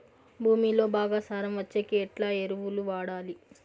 భూమిలో బాగా సారం వచ్చేకి ఎట్లా ఎరువులు వాడాలి?